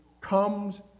comes